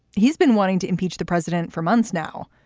he's been wanting to impeach the president for months now.